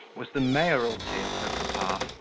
was the mayoralty of her papa.